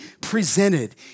presented